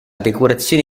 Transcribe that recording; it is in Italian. decorazione